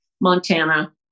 Montana